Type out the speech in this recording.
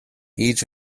each